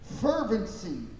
fervency